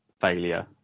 failure